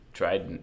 tried